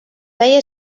feia